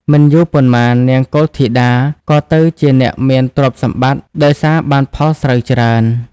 មិនយូរប៉ុន្មាន នាងកុលធីតា ក៏ទៅជាអ្នកមានទ្រព្យសម្បត្តិដោយសារបានផលស្រូវច្រើន។